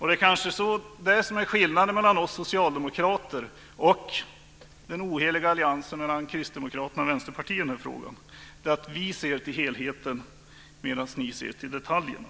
Det kanske är det som är skillnaden mellan oss socialdemokrater och den oheliga alliansen mellan Kristdemokraterna och Vänsterpartiet i den här frågan. Vi ser till helheten medan ni ser till detaljerna.